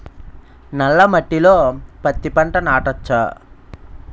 నల్ల మట్టిలో పత్తి పంట నాటచ్చా?